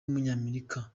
w’umunyamerika